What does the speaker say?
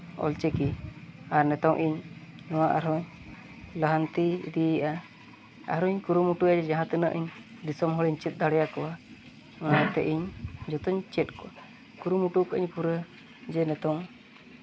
ᱚᱞ ᱪᱤᱠᱤ ᱟᱨ ᱱᱤᱛᱚᱝ ᱤᱧ ᱱᱚᱣᱟ ᱟᱨᱦᱚᱸ ᱞᱟᱦᱟᱱᱛᱤ ᱤᱫᱤᱭᱮᱫᱼᱟ ᱟᱨᱚᱧ ᱠᱩᱨᱩᱢᱩᱴᱩᱭᱟ ᱡᱟᱦᱟᱸ ᱛᱤᱱᱟᱹᱜ ᱤᱧ ᱫᱤᱥᱚᱢ ᱦᱚᱲᱤᱧ ᱪᱮᱫ ᱟᱠᱚᱣᱟ ᱚᱱᱟᱛᱮ ᱤᱧ ᱪᱮᱫ ᱠᱚᱣᱟ ᱠᱩᱨᱩᱢᱩᱴᱩ ᱠᱟᱹᱫᱟᱹᱧ ᱯᱩᱨᱟᱹ ᱡᱮ ᱱᱤᱛᱚᱝ